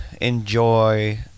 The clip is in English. enjoy